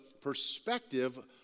perspective